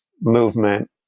movement